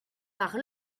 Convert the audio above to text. par